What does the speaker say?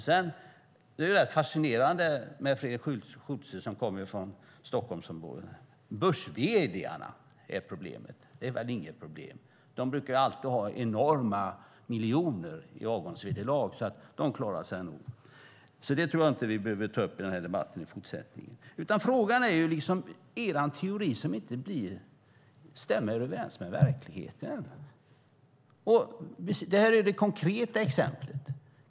Det är rätt fascinerande att höra Fredrik Schulte som kommer från Stockholmsområdet. Han säger att börs-vd:arna är problemet. Det är väl inget problem. De brukar alltid få många miljoner i avgångsvederlag. De klarar sig nog. Det tror jag inte att vi behöver ta upp i den här debatten i fortsättningen. Frågan handlar om er teori som inte stämmer överens med verkligheten. Detta är ett konkret exempel.